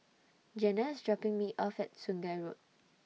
Jena IS dropping Me off At Sungei Road